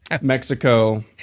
Mexico